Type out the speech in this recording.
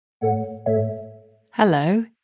hello